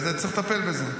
וצריך לטפל בזה.